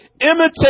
imitate